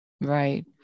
right